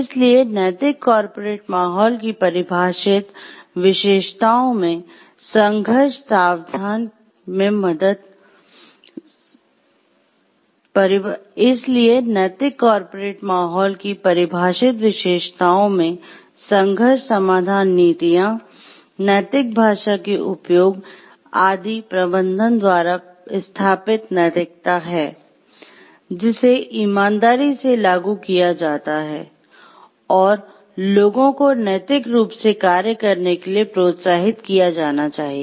इसलिए नैतिक कॉरपोरेट माहौल की परिभाषित विशेषताओं में संघर्ष समाधान नीतियां नैतिक भाषा के उपयोग आदि प्रबंधन द्वारा स्थापित नैतिकता है जिसे ईमानदारी से लागू किया जाता है और लोगों को नैतिक रूप से कार्य करने के लिए प्रोत्साहित किया जाना चाहिए